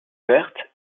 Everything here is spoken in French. verte